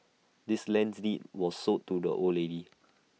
this land's deed was sold to the old lady